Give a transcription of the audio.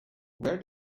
where